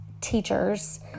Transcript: teachers